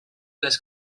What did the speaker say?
les